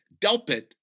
Delpit